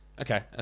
Okay